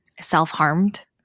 self-harmed